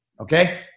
okay